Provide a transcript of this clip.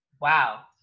Wow